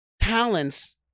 talents